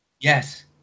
yes